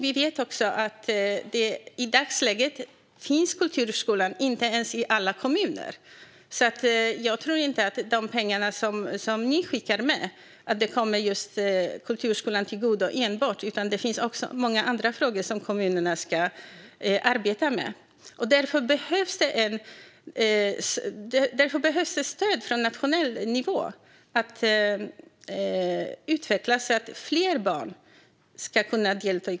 Vi vet också att kulturskolan i dagsläget inte ens finns i alla kommuner. Jag tror inte att pengarna som ni skickar med kommer just eller enbart kulturskolan till godo. Det finns många andra frågor som kommunerna ska arbeta med. Därför behövs det stöd från nationell nivå för att utveckla kulturskolan så att fler barn ska kunna delta.